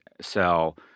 sell